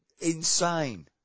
insane